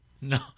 No